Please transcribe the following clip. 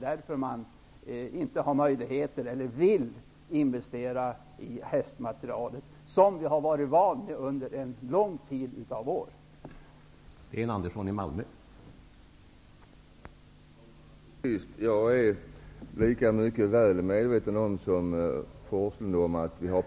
Därför vill de inte investera i hästmaterialet på det sätt som vi under en lång tid har varit vana vid.